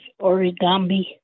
origami